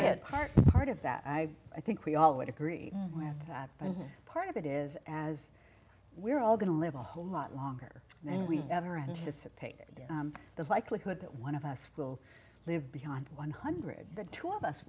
heart part of that i i think we all would agree with that but part of it is as we're all going to live a whole lot longer than we ever anticipated the vika heard that one of us will live beyond one hundred the two of us